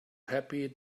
happy